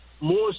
more